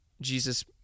Jesus